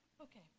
okay